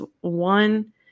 one